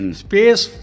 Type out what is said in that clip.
space